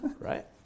Right